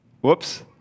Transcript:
Whoops